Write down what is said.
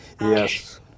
Yes